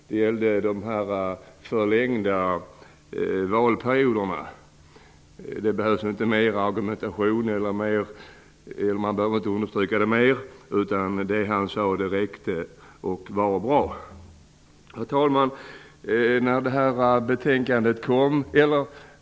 Det gällde de förlängda valperioderna. Man behöver inte understryka de argumenten mer, utan det han sade räcker och är bra. Herr talman!